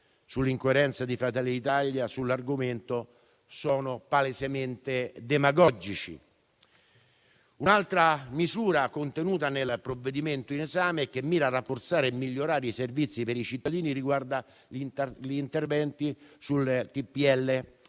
sull'incoerenza di Fratelli d'Italia sull'argomento sono palesemente demagogiche. Un'altra misura contenuta nel provvedimento in esame che mira a rafforzare e migliorare i servizi per i cittadini riguarda gli interventi sul TPL,